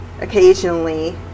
occasionally